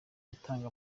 batanga